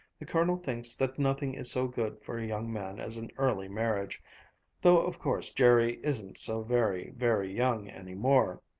the colonel thinks that nothing is so good for a young man as an early marriage though of course jerry isn't so very, very young any more.